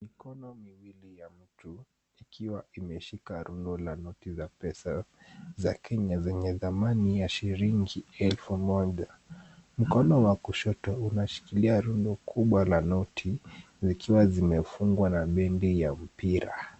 Mikono miwili ya mtu ikiwa imeshika rundo la noti za pesa za Kenya senge dhamani ya shilingi elfu moja. Mkono wa kushoto umeshikilia rundo kubwa la noti zikiwa zimefungwa na bendi ya mpira.